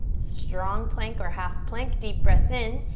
strong plank or half plank, deep breath in.